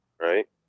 right